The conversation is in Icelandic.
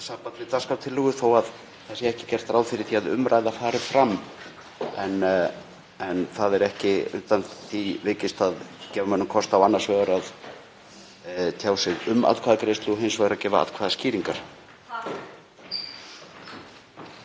í samband við dagskrártillögu þó að ekki sé gert ráð fyrir því að umræða fari fram. En það er ekki undan því vikist að gefa mönnum kost á annars vegar að tjá sig um atkvæðagreiðslu og hins vegar að gefa atkvæðaskýringar.